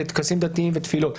טקסים דתיים ותפילות.